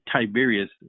tiberius